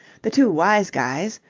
the two wise guys,